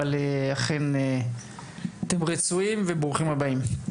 אבל אתם אכן רצויים וברוכים הבאים.